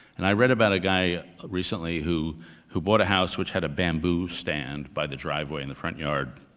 and i read about a guy recently who who bought a house which had a bamboo stand by the driveway in the front yard.